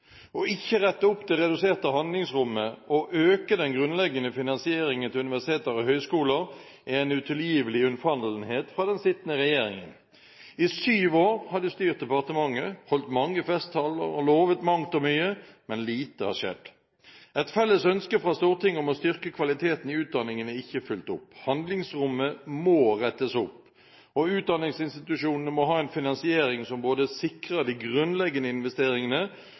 Det ikke å rette opp det reduserte handlingsrommet og øke den grunnleggende finansieringen til universiteter og høyskoler er en utilgivelig unnfallenhet fra den sittende regjeringen. I syv år har de styrt departementet, holdt mange festtaler og lovet mangt og mye, men lite har skjedd. Et felles ønske fra Stortinget om å styrke kvaliteten i utdanningen er ikke fulgt opp. Handlingsrommet må rettes opp, og utdanningsinstitusjonene må ha en finansiering som både sikrer de grunnleggende investeringene